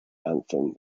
anthem